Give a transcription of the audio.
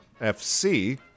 fc